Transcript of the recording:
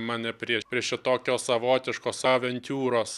mane prie prie šitokios savotiškos aventiūros